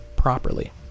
properly